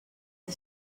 the